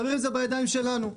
חברים, זה בידיים שלנו.